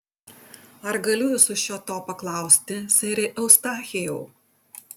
ar galiu jūsų šio to paklausti sere eustachijau